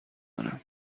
دارم